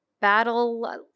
battle